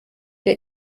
der